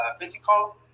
physical